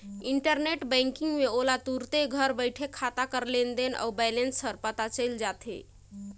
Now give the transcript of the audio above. internet banking में ओला तुरते घर बइठे खाता कर लेन देन अउ बैलेंस हर पता चइल जाथे